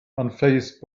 unfazed